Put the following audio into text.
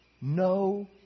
no